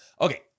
okay